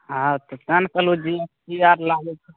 हाँ तऽ तेँ ने कहलहुँ जी एस टी आओर लागै छै